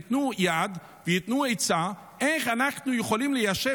ייתנו יד וייתנו עצה איך אנחנו יכולים ליישב